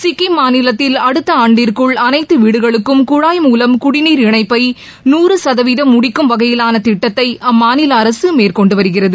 சிக்கிம் மாநிலத்தில் அடுத்த ஆண்டிற்குள் அனைத்து வீடுகளுக்கும் குழாய் மூலம் குடிநீர் இணைப்பை நூறு சதவீதம் முடிக்கும் வகையிலான திட்டத்தை அம்மாநில அரசு மேற்கொண்டு வருகிறது